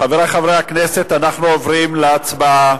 חברי חברי הכנסת, אנחנו עוברים להצבעה.